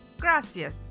Gracias